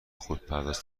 خودپرداز